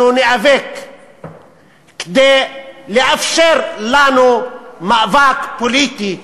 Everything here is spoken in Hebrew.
אנחנו ניאבק כדי לאפשר לנו מאבק פוליטי,